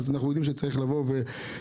ואנחנו יודעים שצריך להידבר.